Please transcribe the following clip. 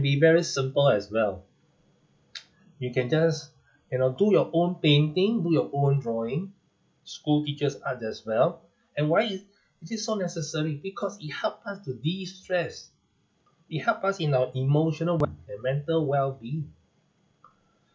be very simple as well you can just you know do your own painting do your own drawing school teachers art as well and why is it so necessary because it help us to destress it help us in our emotional and mental wellbeing